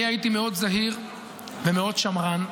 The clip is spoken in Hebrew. אני הייתי מאוד זהיר ומאוד שמרן,